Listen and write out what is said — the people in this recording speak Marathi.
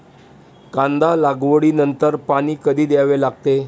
कांदा लागवडी नंतर पाणी कधी द्यावे लागते?